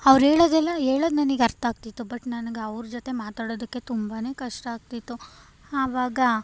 ಅವ್ರು ಹೋಳೋದೆಲ್ಲ ಹೇಳೋದ್ ನನಗ್ ಅರ್ಥ ಆಗ್ತಿತ್ತು ಬಟ್ ನನಗೆ ಅವ್ರ ಜೊತೆ ಮಾತಾಡೋದಕ್ಕೆ ತುಂಬಾ ಕಷ್ಟ ಆಗ್ತಿತ್ತು ಆವಾಗ